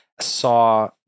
saw